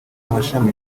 amashami